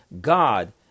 God